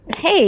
hey